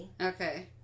Okay